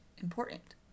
important